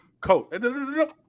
Coat